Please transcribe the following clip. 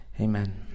Amen